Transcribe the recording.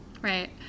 Right